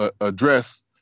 address